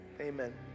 Amen